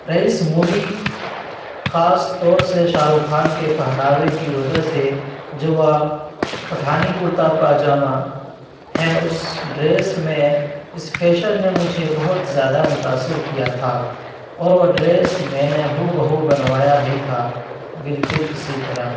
رئیس movie خاص طور سے شاہ رخ خان کے پہناوے کی وجہ سے جب وہ پٹھانی کرتا پاجامہ ہے اس ڈریس میں اس فیشن نے مجھے بہت زیادہ متاثر کیا تھا اور وہ ڈریس میں نے ہو بہ ہو بنوایا بھی تھا بالکل اسی طرح